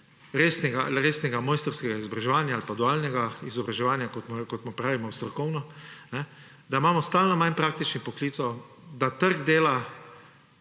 resnega mojstrskega izobraževanja, ali pa dualnega izobraževanja, kot mu pravimo strokovno, da imamo stalno manj praktičnih poklicev, da trg dela,